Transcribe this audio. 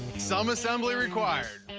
some assembly required.